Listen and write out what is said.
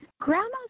Grandma's